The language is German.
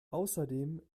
außerdem